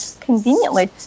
conveniently